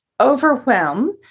overwhelm